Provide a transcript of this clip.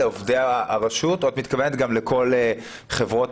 לעובדי הרשות או שאת מתכוונת גם לכל חברות